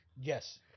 Yes